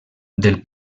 del